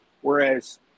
Whereas